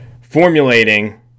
formulating